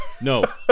No